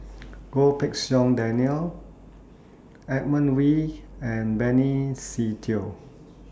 Goh Pei Siong Daniel Edmund Wee and Benny Se Teo